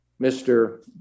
Mr